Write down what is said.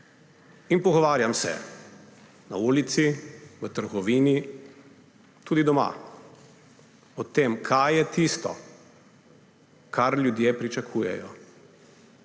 Pogovarjam se, na ulici, v trgovini, tudi doma, o tem, kaj je tisto, kar ljudje pričakujejo.